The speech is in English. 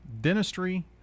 Dentistry